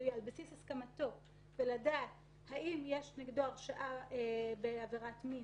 הפלילי על בסיס הסכמתו ולדעת האם יש נגדו הרשעה בעבירת מין